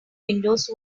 windows